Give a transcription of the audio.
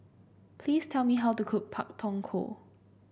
please tell me how to cook Pak Thong Ko